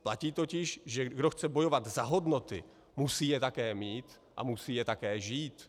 Platí totiž, že kdo chce bojovat za hodnoty, musí je také mít a musí je také žít.